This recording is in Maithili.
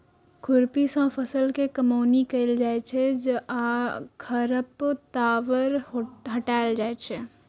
खुरपी सं फसल के कमौनी कैल जाइ छै आ खरपतवार हटाएल जाइ छै